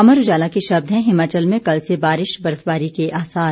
अमर उजाला के शब्द हैं हिमाचल में केल से बारिश बर्फबारी के आसार